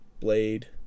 Blade